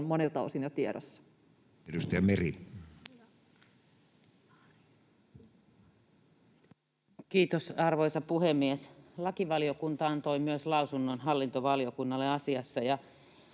Time: 15:50 Content: Kiitos, arvoisa puhemies! Lakivaliokunta antoi myös lausunnon hallintovaliokunnalle asiassa,